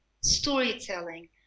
storytelling